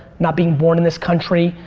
not being born and this country,